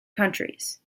countries